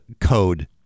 code